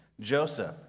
Joseph